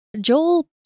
Joel